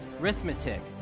Arithmetic